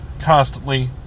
constantly